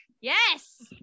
yes